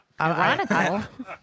Ironical